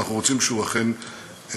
ואנחנו רוצים שהוא אכן יגיע,